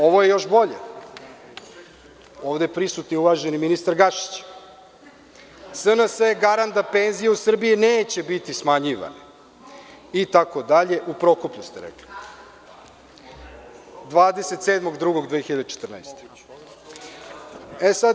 Ovo je još bolje, ovde prisutni uvaženi ministar Gašić – SNS je garant da penzije u Srbiji neće biti smanjivane, u Prokuplju ste rekli 27.2.2014. godine.